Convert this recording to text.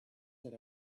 that